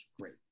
great